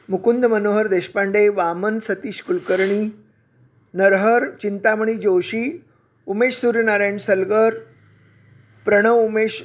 Mukund Manohar Deshpande Vaman Satish Kulkarni Narhar Chintamani Joshi Umesh Suryanarayan Salgar Pranav Umesh